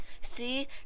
See